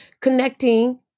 connecting